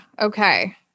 Okay